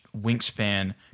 wingspan